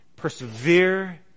persevere